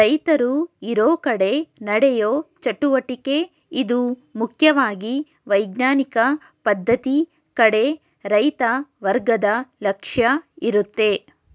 ರೈತರು ಇರೋಕಡೆ ನಡೆಯೋ ಚಟುವಟಿಕೆ ಇದು ಮುಖ್ಯವಾಗಿ ವೈಜ್ಞಾನಿಕ ಪದ್ಧತಿ ಕಡೆ ರೈತ ವರ್ಗದ ಲಕ್ಷ್ಯ ಇರುತ್ತೆ